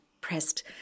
pressed